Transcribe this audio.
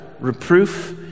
reproof